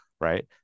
right